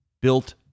Built